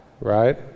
Right